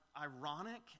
ironic